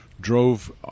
drove